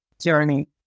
journey